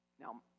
Now